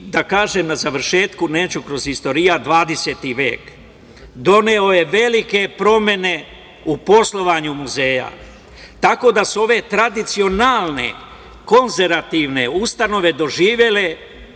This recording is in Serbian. kažem na završetku, neću kroz istorijat, 20. vek doneo je velike promene u poslovanju muzeja, tako da su ove tradicionalne, konzervativne ustanove doživele